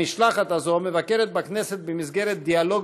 המשלחת הזאת מבקרת בכנסת במסגרת דיאלוג